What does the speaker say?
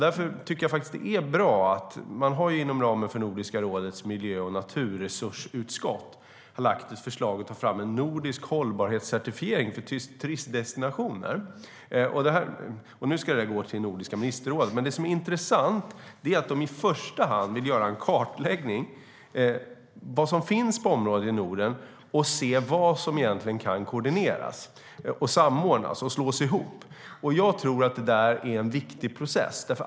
Därför tycker jag att det är bra att man inom ramen för Nordiska rådets miljö och naturresursutskott lagt förslag om att ta fram en nordisk hållbarhetscertifiering för turistdestinationer. Det förslaget ska gå till Nordiska ministerrådet. Det intressanta är att de i första hand vill göra en kartläggning av vad som finns på området i Norden och se vad som egentligen kan koordineras, samordnas och slås ihop. Jag tror att det är en viktig process.